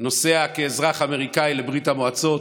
נוסע כאזרח אמריקאי לברית המועצות,